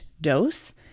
dose